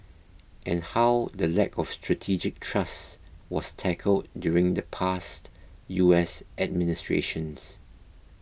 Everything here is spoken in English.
and how the lack of strategic trust was tackled during the past U S administrations